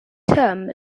term